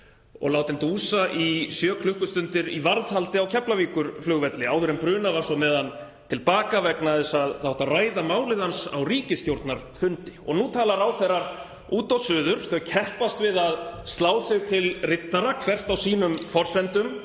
og látinn dúsa í sjö klukkustundir í varðhaldi á Keflavíkurflugvelli áður en brunað var með hann til baka vegna þess að það átti að ræða málið hans á ríkisstjórnarfundi. Og nú tala ráðherrar út og suður. Þau keppast við að slá sig til riddara, hvert á sínum forsendum,